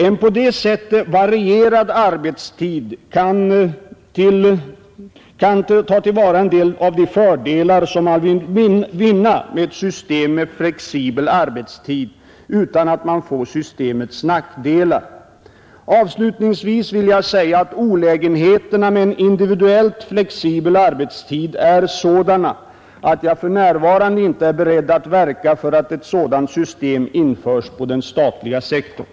En på det sättet varierad arbetstid kan ta till vara en del av de fördelar som man vill vinna genom ett system med flexibel arbetstid utan att man får systemets nackdelar. Avslutningsvis vill jag säga att olägenheterna med en individuellt flexibel arbetstid är sådana, att jag för närvarande inte är beredd att verka för att ett sådant system införs på den statliga sektorn.